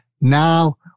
now